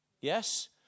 Yes